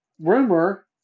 rumor